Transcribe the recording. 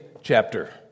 chapter